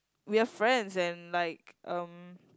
we are friends and like um